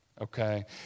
Okay